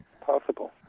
Possible